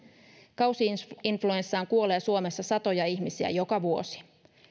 kausi influenssaan kuolee suomessa satoja ihmisiä joka vuosi